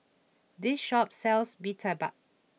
this shop sells Mee Tai Mak